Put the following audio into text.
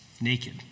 naked